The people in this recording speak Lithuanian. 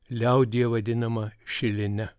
liaudyje vadinama šiline